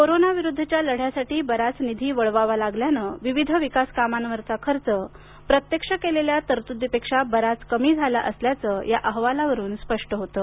corona विरुद्धच्या लढ्यासाठी बराच निधी वळवावा लागल्याने विविध विकास कामांवरचा खर्च प्रत्यक्ष केलेल्या तरतुदीपेक्षा बराच कमी झाला असल्याचं या अहवालावरून स्पष्ट होतं